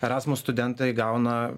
erasmus studentai gauna